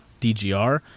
DGR